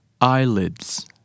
Eyelids